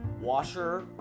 washer